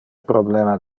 problema